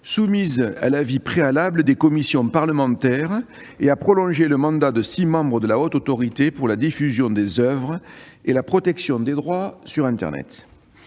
soumises à l'avis préalable des commissions parlementaires et à prolonger le mandat de six membres de la Haute Autorité pour la diffusion des oeuvres et la protection des droits sur internet.